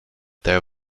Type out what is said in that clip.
there